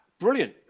brilliant